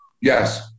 Yes